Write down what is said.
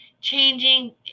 changing